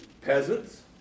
Peasants